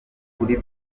ukuri